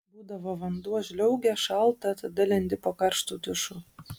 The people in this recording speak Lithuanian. būdavo vanduo žliaugia šalta tada lendi po karštu dušu